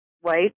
White